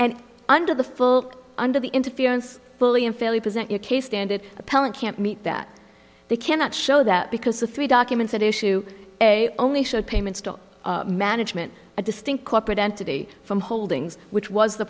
and under the full under the interference fully and fairly present your case standard appellant can't meet that they cannot show that because the three documents at issue a only showed payments to management a distinct corporate entity from holdings which was the